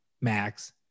Max